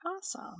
Awesome